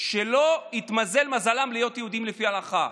שלא התמזל מזלם להיות יהודים לפי ההלכה.